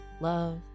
love